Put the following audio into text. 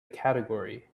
category